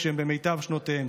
כשהם במיטב שנותיהם.